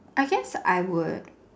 I guess I would